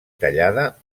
tallada